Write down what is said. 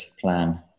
plan